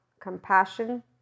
compassion